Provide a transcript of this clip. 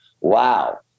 wow